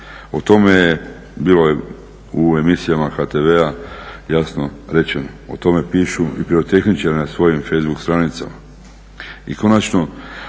O tome je bilo u emisijama HTV-a jasno rečeno, o tome pišu i pirotehničari na svojim facebook stranicama.